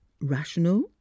rational